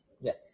Yes